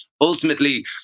ultimately